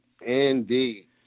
indeed